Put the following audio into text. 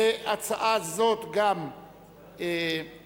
להצעה זו הוצמדה